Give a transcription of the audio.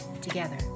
together